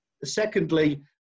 Secondly